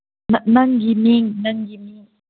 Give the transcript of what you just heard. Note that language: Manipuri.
ꯅꯪꯒꯤ ꯃꯤꯡ ꯅꯪꯒꯤ ꯃꯤꯡ